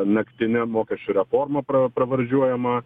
naktine mokesčių reforma pra pravardžiuojamą